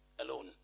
alone